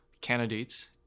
candidates